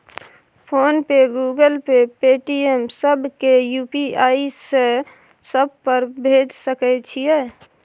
Phone पे, Google Pay, Paytm, सब के UPI से सब पर भेज सके छीयै?